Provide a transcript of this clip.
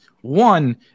One